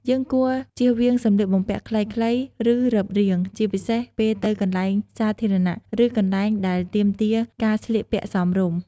យើងគួរ ជៀសវាងសម្លៀកបំពាក់ខ្លីៗ ឬរឹបរាង ជាពិសេសពេលទៅកន្លែងសាធារណៈ ឬកន្លែងដែលទាមទារការស្លៀកពាក់សមរម្យ។